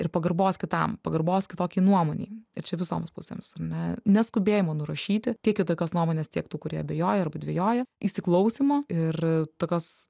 ir pagarbos kitam pagarbos kitokiai nuomonei ir čia visoms pusėms ar ne neskubėjimo nurašyti tiek kitokios nuomonės tiek tų kurie abejoja ar dvejoja įsiklausymo ir tokios